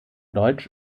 deutsch